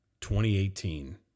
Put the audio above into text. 2018